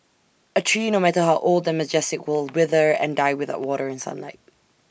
A tree no matter how old and majestic will wither and die without water and sunlight